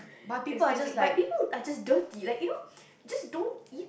explains it but people are just don't they like you know just don't eat